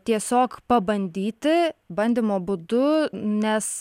tiesiog pabandyti bandymo būdu nes